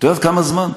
את יודעת כמה זמן?